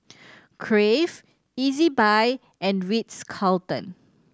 Crave Ezbuy and Ritz Carlton